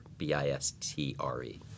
B-I-S-T-R-E